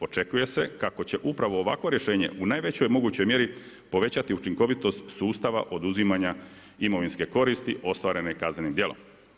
Očekuje se kako će upravo ovakvo rješenje u najvećoj mogućoj mjeri povećati učinkovitost sustava oduzimanja imovinske koristi ostvarene kaznenim djelom.